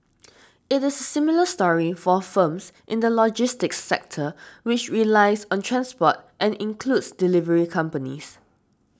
it is a similar story for firms in the logistics sector which relies on transport and includes delivery companies